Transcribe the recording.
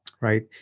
right